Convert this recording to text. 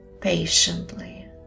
patiently